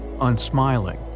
unsmiling